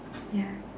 ya